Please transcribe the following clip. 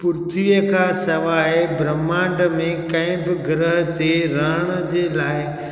पृथ्वीअ खां सवाइ ब्राहमांड में कंहिं बि ग्रह ते रहण जे लाइ